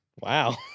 wow